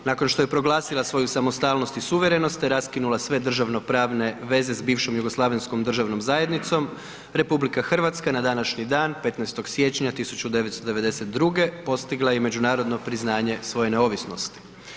Nakon što je proglasila svoju samostalnost i suverenost, raskinula sve državno-pravne veze s bivšom jugoslavenskom državnom zajednicom na današnji dan 15. siječnja 1992. postigla je i međunarodno priznanje svoje neovisnosti.